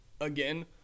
again